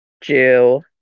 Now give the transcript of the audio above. jew